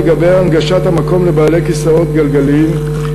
לגבי הנגשת המקום לבעלי כיסאות גלגלים,